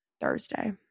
Thursday